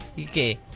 Okay